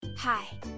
hi